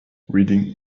reading